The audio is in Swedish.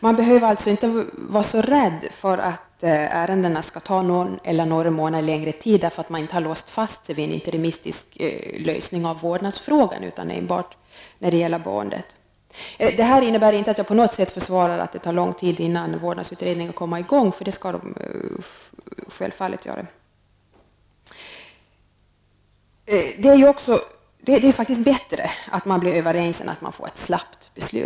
Man behöver alltså inte vara rädd för att ärendena skall ta någon eller några månader längre tid, eftersom man inte har låst sig vid en interimistisk lösning när det gäller vårdnadsfrågan utan enbart när det gäller boendet. Detta innebär inte att jag på något sätt försvarar att det tar lång tid innan vårdnadsutredningar kommer i gång. Så skall det självfallet inte vara. Det är faktiskt bättre att man kommer överens än att man får ett snabbt beslut.